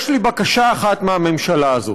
יש לי בקשה אחת מהממשלה הזאת: